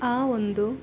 ಆ ಒಂದು